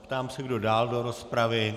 Ptám se, kdo dál do rozpravy.